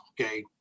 Okay